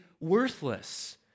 worthless